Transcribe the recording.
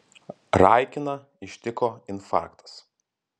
raikiną ištiko infarktas